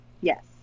Yes